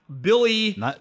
Billy